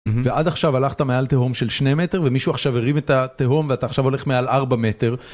ועד עכשיו הלכת מעל תהום של שני מטר ומישהו עכשיו הרים את התהום ואתה עכשיו הולך מעל ארבע מטר